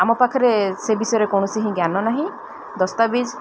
ଆମ ପାଖରେ ସେ ବିଷୟରେ କୌଣସି ହିଁ ଜ୍ଞାନ ନାହିଁ ଦସ୍ତାବିଜ୍